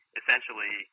essentially